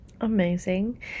Amazing